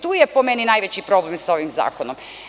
Tu je po meni najveći problem sa ovim zakonom.